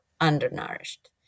undernourished